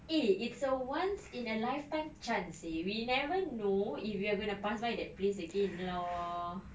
eh it's a once in a lifetime chance seh we never know if we are going to pass by that place again lor